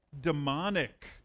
demonic